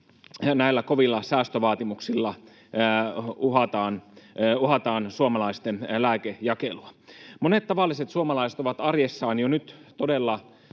näillä kovilla säästövaatimuksilla uhataan suomalaisten lääkejakelua. Monet tavalliset suomalaiset ovat arjessaan jo nyt todella